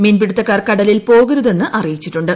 മീൻപിടുത്തക്കാർ കടലിൽ പോകരുതെന്ന് അറിയിച്ചിട്ടു ണ്ട്